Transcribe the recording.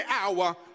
hour